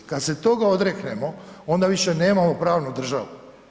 Kad se toga odreknemo onda više nemamo pravo na državu.